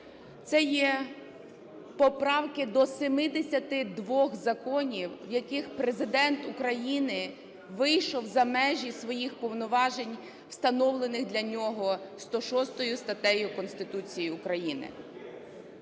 Це є поправки до 72 законів, в яких Президент України вийшов за межі своїх повноважень, встановлених для нього 106 статтею Конституції України.